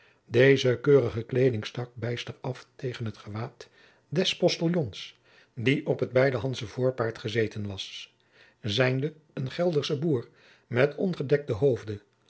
deze keurige kleeding stak bijster af tegen het gewaad des postiljons die op het bijdehandsche voorpaard gezeten was zijnde een geldersche boer met ongedekten hoofde